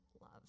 love